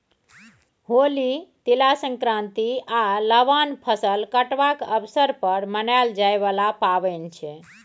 होली, तिला संक्रांति आ लबान फसल कटबाक अबसर पर मनाएल जाइ बला पाबैन छै